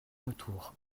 retour